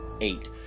eight